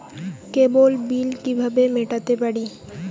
কেবল bill কিভাবে মেটাতে পারি?